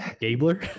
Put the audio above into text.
Gabler